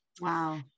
Wow